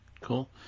Cool